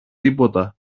τίποτα